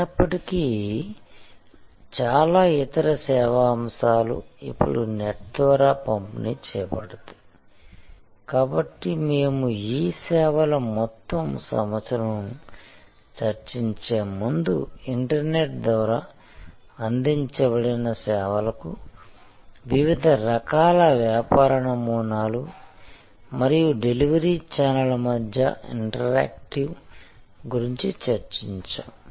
అయినప్పటికీ చాలా ఇతర సేవా అంశాలు ఇప్పుడు నెట్ ద్వారా పంపిణీ చేయబడతాయి కాబట్టి మేము ఇ సేవల మొత్తం సమస్యను చర్చించే ముందు ఇంటర్నెట్ ద్వారా అందించబడిన సేవలకు వివిధ రకాల వ్యాపార నమూనాలు మరియు డెలివరీ ఛానల్ మధ్య ఇంటరాక్టివ్ గురించి చర్చించాము